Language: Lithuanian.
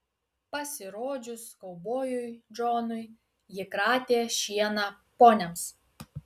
pasirodžius kaubojui džonui ji kratė šieną poniams